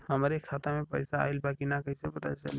हमरे खाता में पैसा ऑइल बा कि ना कैसे पता चली?